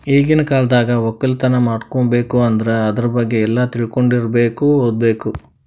ಈಗಿನ್ ಕಾಲ್ದಾಗ ವಕ್ಕಲತನ್ ಮಾಡ್ಬೇಕ್ ಅಂದ್ರ ಆದ್ರ ಬಗ್ಗೆ ಎಲ್ಲಾ ತಿಳ್ಕೊಂಡಿರಬೇಕು ಓದ್ಬೇಕು